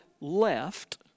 left